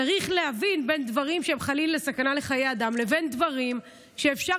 צריך להבדיל בין דברים שהם חלילה סכנה לחיי אדם לבין דברים שאפשר.